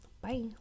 Bye